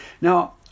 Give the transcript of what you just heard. Now